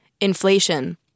Inflation